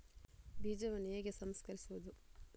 ಬೀಜವನ್ನು ಹೇಗೆ ಸಂಸ್ಕರಿಸುವುದು?